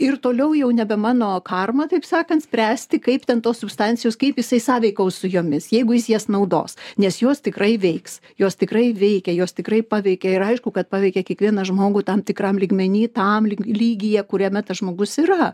ir toliau jau nebe mano karma taip sakant spręsti kaip ten tos substancijos kaip jisai sąveikaus su jomis jeigu jis jas naudos nes jos tikrai veiks jos tikrai veikia jos tikrai paveikia ir aišku kad paveikia kiekvieną žmogų tam tikram lygmeny tam lyg lygyje kuriame tas žmogus yra